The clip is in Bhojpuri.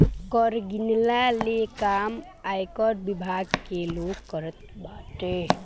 कर गिनला ले काम आयकर विभाग के लोग करत बाटे